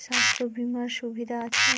স্বাস্থ্য বিমার সুবিধা আছে?